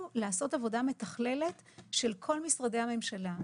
לעשות עבודה מתכללת של כל משרדי הממשלה,